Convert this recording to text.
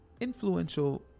influential